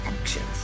actions